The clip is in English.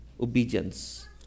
obedience